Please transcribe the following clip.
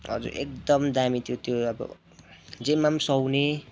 हजुर एकदम दामी थियो त्यो अब जेमा पनि सुहाउने